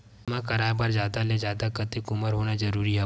बीमा कराय बर जादा ले जादा कतेक उमर होना जरूरी हवय?